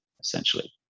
essentially